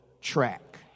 track